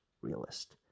realist